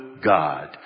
God